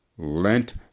Lent